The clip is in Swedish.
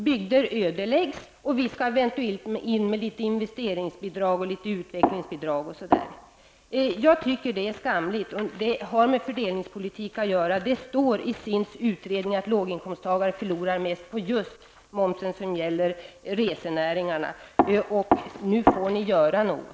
Bygder ödeläggs och eventuellt måste vi stödja dem med litet investerings och utvecklingsbidrag. Jag tycker det är skamligt och det här har med fördelningspolitik att göra. Det står i SINS utredning att låginkomsttagare förlorar mest på just momsen som gäller resenäringarna. Nu får ni göra något!